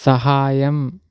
సహాయం